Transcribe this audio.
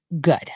good